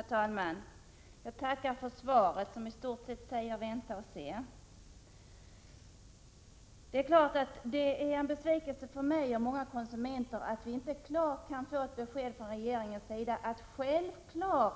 Herr talman! Jag tackar för svaret, i vilket det'i stort sägs vänta och se. Det är klart att det är en besvikelse för mig och många konsumenter att vi inte kan få ett klart besked från regeringen om att detta självfallet